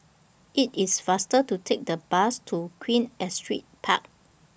IT IS faster to Take The Bus to Queen Astrid Park